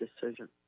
decision